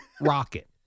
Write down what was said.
rocket